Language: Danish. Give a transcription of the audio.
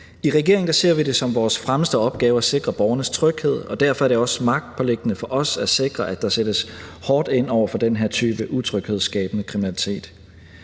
I regeringen ser vi det som vores fremmeste opgave at sikre borgernes tryghed, og derfor er det også magtpåliggende for os at sikre, at der sættes hårdt ind over for den her type utryghedsskabende kriminalitet.